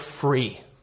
free